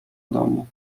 domu